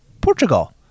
Portugal